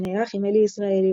שנערך עם אלי ישראלי,